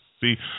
See